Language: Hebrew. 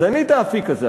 אז אין לי האפיק הזה,